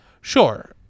Sure